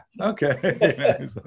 Okay